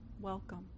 welcome